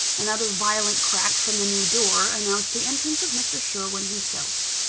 another violent crack from the new door, announced the entrance of mr. sherwin himself.